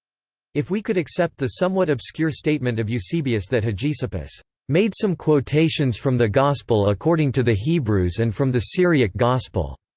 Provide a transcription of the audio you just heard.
if we could accept the somewhat obscure statement of eusebius that hegesippus made some quotations from the gospel according to the hebrews and from the syriac gospel,